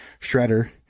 Shredder